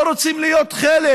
לא רוצים להיות חלק